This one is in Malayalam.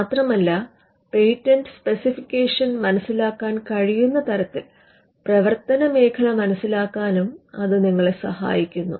മാത്രമല്ല പേറ്റന്റ് സ്പെസിഫിക്കേഷൻ മനസിലാക്കാൻ കഴിയുന്ന തരത്തിൽ പ്രവർത്തന മേഖല മനസിലാക്കാനും അത് നിങ്ങളെ സഹായിക്കുന്നു